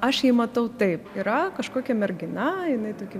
aš jį matau taip yra kažkokia mergina jinai tokia